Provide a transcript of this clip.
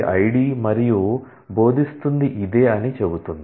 ID మరియు బోధిస్తుంది ఇదే అని చెబుతుంది